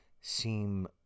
seem